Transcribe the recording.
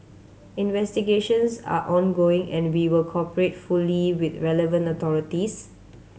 investigations are ongoing and we will cooperate fully with the relevant authorities